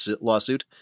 lawsuit